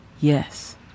Yes